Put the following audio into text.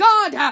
God